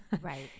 right